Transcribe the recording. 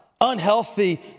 unhealthy